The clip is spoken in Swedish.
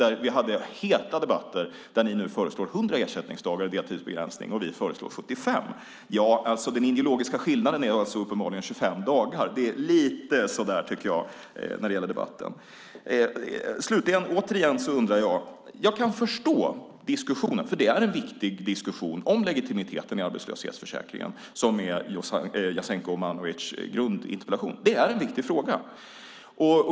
Där föreslår ni nu 100 ersättningsdagar medan vi föreslår 75. Den ideologiska skillnaden är alltså uppenbarligen 25 dagar. Det är lite så där, tycker jag, när det gäller debatten. Jag kan förstå diskussionen om legitimiteten i arbetslöshetsförsäkringen, som är grunden i Jasenko Omanovics interpellation. Det är en viktig fråga.